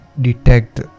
detect